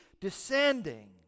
descending